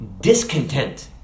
discontent